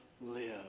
live